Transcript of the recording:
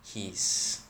his